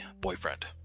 boyfriend